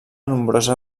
nombrosa